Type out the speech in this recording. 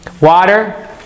Water